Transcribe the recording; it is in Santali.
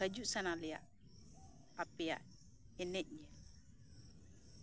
ᱦᱤᱡᱩᱜ ᱥᱟᱱᱟᱞᱮᱭᱟ ᱟᱯᱮᱭᱟᱜ ᱮᱱᱮᱡ ᱧᱮᱞ